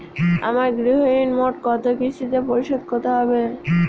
আমার গৃহঋণ মোট কত কিস্তিতে পরিশোধ করতে হবে?